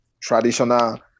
traditional